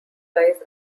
lies